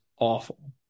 awful